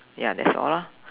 ya that's all lah